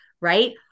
right